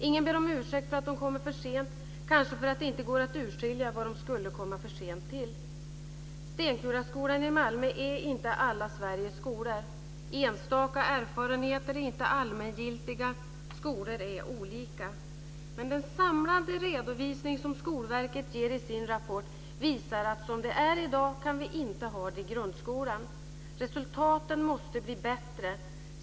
Ingen ber om ursäkt för att de kommer för sent, kanske för att det inte går att urskilja vad de skulle komma för sent till. Stenkulaskolan i Malmö är inte alla Sveriges skolor. Enstaka erfarenheter är inte allmängiltiga. Skolor är olika. Men den samlade redovisning som Skolverket ger i sin rapport visar att som det är i dag kan vi inte ha det i grundskolan. Resultaten måste bli bättre.